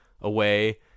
away